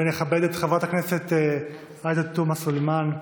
ונכבד את חברת הכנסת עאידה תומא סלימאן,